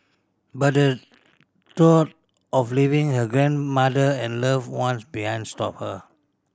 but the thought of leaving her grandmother and loved ones behind stopped her